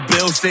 Bill